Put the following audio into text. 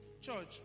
Church